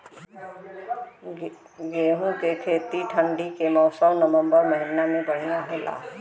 गेहूँ के खेती ठंण्डी के मौसम नवम्बर महीना में बढ़ियां होला?